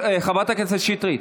חברת הכנסת שטרית,